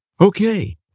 Okay